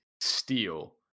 Steel